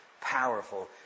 powerful